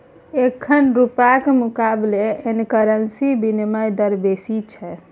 एखन रुपाक मुकाबले येन करेंसीक बिनिमय दर बेसी छै